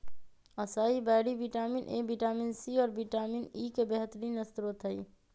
असाई बैरी vitamin A, vitamin C, और vitamin E के बेहतरीन स्त्रोत हई